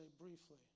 briefly